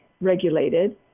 regulated